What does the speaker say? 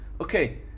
Okay